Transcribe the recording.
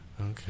Okay